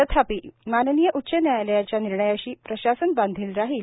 तथापी उच्च न्यायालयाच्या निर्णयाशी प्रशासन बांधील राहील